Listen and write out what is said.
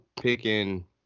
picking